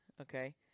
okay